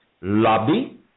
lobby